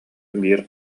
биир